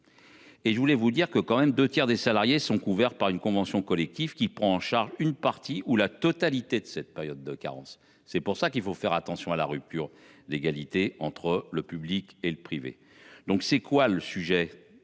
par le ministre. J’ajoute que deux tiers des salariés sont couverts par une convention collective qui prend en charge une partie ou la totalité de cette période de carence. C’est pour cela qu’il faut faire attention à la rupture d’égalité entre le public et le privé. Pourquoi vouloir